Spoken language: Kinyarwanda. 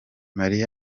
muri